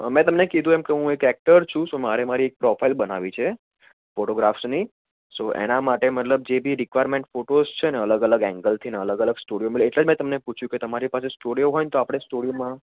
મેં તમને કીધું એમ કે હું એક એક્ટર છું સો મારે મારી પ્રોફાઇલ બનાવવી છે ફોટોગ્રાફ્સની સો એના માટે મતલબ જે બી રિકવાર્મેન્ટ ફોટોસ છે ને અલગ અલગ એંગલથી ને અલગ અલગ સ્ટુડિયો મિલે એટલે જ મેં તમને પૂછ્યું કે તમારી પાસે સ્ટુડિયો હોય ને તો આપણે સ્ટુડિયો માં